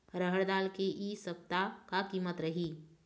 रहड़ दाल के इ सप्ता का कीमत रही?